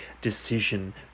decision